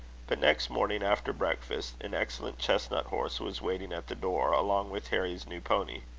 but next morning after breakfast, an excellent chestnut horse was waiting at the door, along with harry's new pony.